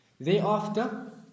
Thereafter